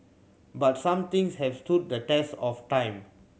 but some things have stood the test of time